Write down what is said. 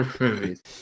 movies